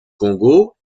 congo